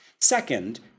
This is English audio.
Second